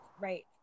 right